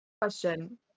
Question